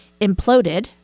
imploded